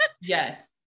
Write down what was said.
Yes